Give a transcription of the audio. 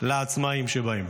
לעצמאים שבהם.